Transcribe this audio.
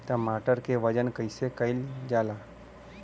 टमाटर क वजन कईसे कईल जाला?